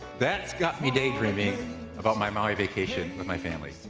that's got me daydreaming about my maui vacation with my family.